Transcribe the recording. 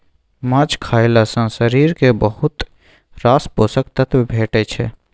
माछ खएला सँ शरीर केँ बहुत रास पोषक तत्व भेटै छै